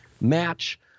match